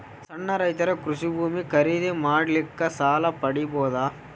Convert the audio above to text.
ಸಣ್ಣ ರೈತರು ಕೃಷಿ ಭೂಮಿ ಖರೀದಿ ಮಾಡ್ಲಿಕ್ಕ ಸಾಲ ಪಡಿಬೋದ?